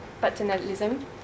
paternalism